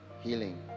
Healing